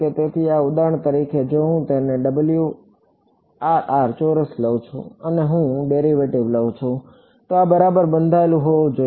તેથી ઉદાહરણ તરીકે જો હું તેને ચોરસ લઉં અને હું ડેરિવેટિવ લઉં તો આ બરાબર બંધાયેલ હોવું જોઈએ